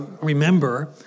remember